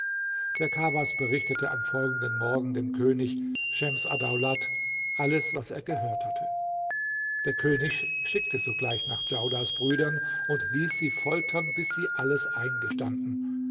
der kawas berichtete am folgenden morgen dem könig schems addaulat alles was er gehört hatte der könig schickte sogleich nach djaudars brüdern und ließ sie foltern bis sie alles eingestanden